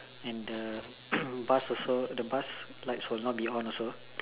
and the bus also the bus lights will not be on also